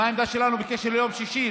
מה העמדה שלנו בקשר ליום שישי,